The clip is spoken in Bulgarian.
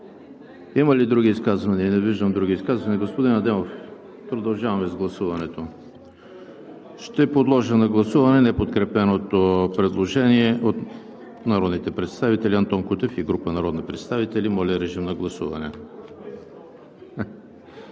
Има ли други изказвания? Не виждам. Господин Адемов, продължаваме с гласуването. Ще подложа на гласуване неподкрепеното предложение от народните представители Антон Кутев и група народни представители. Гласували